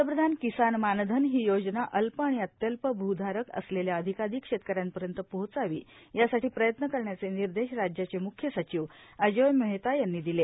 पंतप्रधान किसान मानधन ही योजना अल्प आणि अत्यल्प भूधारक असलेल्या अधिकाधिक षेतकऱ्यांपर्यंत पोहोचावी यासाठी प्रयत्न करण्याचे निर्देष राज्याचे मुख्य सचिव अजोय मेहता यांनी दिले